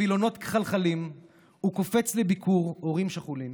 וילונות כחלחלים / הוא קופץ לביקור הורים שכולים.